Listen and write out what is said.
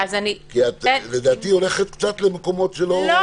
כי את לדעתי הולכת קצת למקומות שלא --- יעקב,